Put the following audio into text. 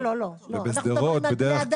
לא, לא, לא, אנחנו מדברים על בני אדם.